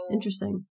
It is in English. Interesting